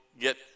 get